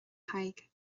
thaidhg